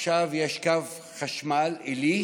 עכשיו קו חשמל עילי